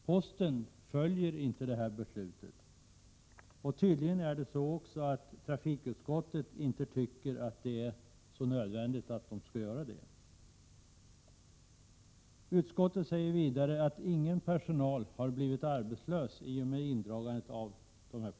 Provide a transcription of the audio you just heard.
Posten följer inte beslutet. Tydligen tycker inte heller trafikutskottet att det är nödvändigt att göra det. Utskottet säger vidare att ingen bland personalen har blivit arbetslös i och med indragandet av postkupéerna.